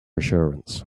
assurance